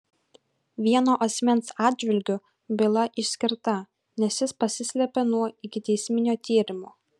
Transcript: vieno asmens atžvilgiu byla išskirta nes jis pasislėpė nuo ikiteisminio tyrimo